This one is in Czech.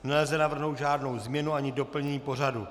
Nelze navrhnout žádnou změnu ani doplnění pořadu.